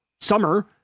summer